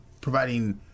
providing